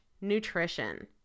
Nutrition